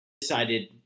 decided